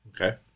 Okay